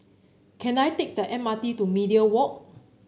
can I take the M R T to Media Walk